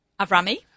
Avrami